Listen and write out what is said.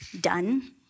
done